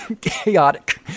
chaotic